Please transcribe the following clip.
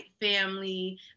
family